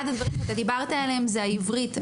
אחד הדברים שאתה דיברת עליהם זו העברית,